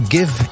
Give